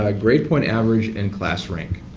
ah grade point average and class rank.